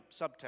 subtext